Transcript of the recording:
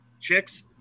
chicks